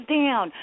down